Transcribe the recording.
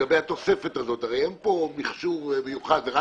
לגבי התוספת הזאת, הרי אין פה מכשור מיוחד, רק